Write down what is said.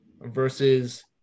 versus